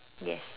yes